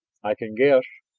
i can guess